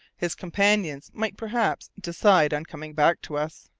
his companions might perhaps decide on coming back to us.